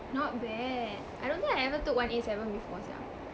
not bad I don't think I ever took one eight seven before sia